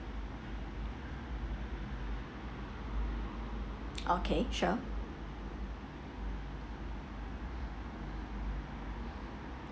okay sure